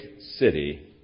city